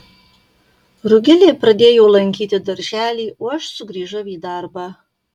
rugilė pradėjo lankyti darželį o aš sugrįžau į darbą